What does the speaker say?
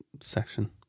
section